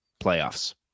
playoffs